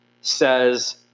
says